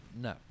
No